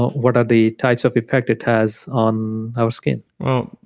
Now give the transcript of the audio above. what are the types of effect it has on our skin? well,